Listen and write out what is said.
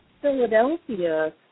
Philadelphia